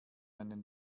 einen